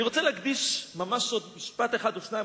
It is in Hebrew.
אני רוצה להדגיש עוד משפט אחד או שניים,